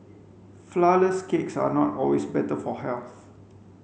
flourless cakes are not always better for health